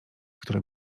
który